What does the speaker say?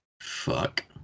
Fuck